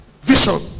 vision